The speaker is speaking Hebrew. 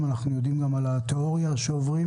כבר נבחנו.